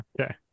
okay